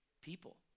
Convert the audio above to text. people